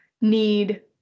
need